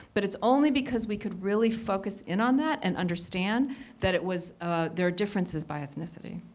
but it's only because we could really focus in on that and understand that it was ah there are differences by ethnicity.